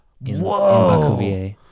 whoa